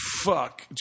Fuck